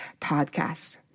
podcast